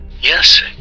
Yes